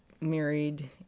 married